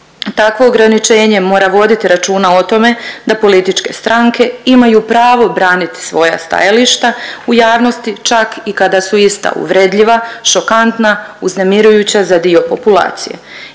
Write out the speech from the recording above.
Takvo ograničenje mora voditi računa o tome da političke stranke imaju pravo braniti svoja stajališta u javnosti čak i kada su ista uvredljiva, šokantna, uznemirujuća za dio populacije.